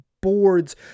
boards